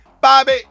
Bobby